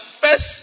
first